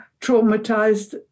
traumatized